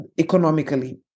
economically